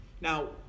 Now